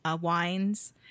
wines